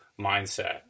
mindset